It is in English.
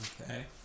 Okay